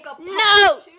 No